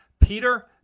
Peter